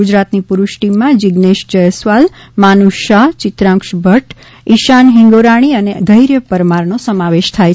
ગુજરાતની પુરૂષ ટીમમાં જિજ્ઞેશ જયસ્વાલ માનુષ શાહ ચિંત્રાક્ષ ભદ્દ ઇશાન હિંગોરાણી અને ઘૈર્ય પરમારનો સમાવેશ થાય છે